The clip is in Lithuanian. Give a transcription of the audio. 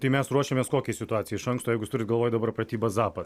tai mes ruošiamės kokiai situacijai iš anksto jeigu turi galvoje dabar pratybas zapad